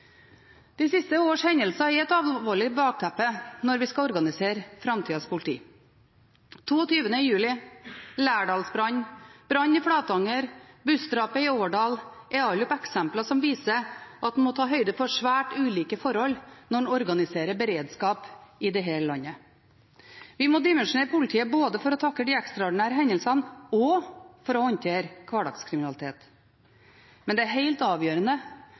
De siste års hendelser er et alvorlig bakteppe når vi skal organisere framtidas politi. 22. juli, Lærdalsbrannen, brannen i Flatanger og bussdrapene i Årdal er alle eksempler som viser at en må ta høyde for svært ulike forhold når en organiserer beredskap i dette landet. Vi må dimensjonere politiet både for å takle de ekstraordinære hendelsene og for å håndtere hverdagskriminalitet. Men det er helt avgjørende